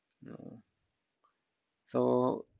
no so